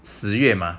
十月吗